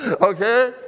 Okay